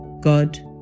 God